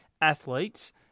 athletes